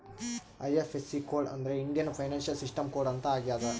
IFSC code ಅಂದ್ರೆ Indian financial system code ಅಂತ ಆಗ್ಯದ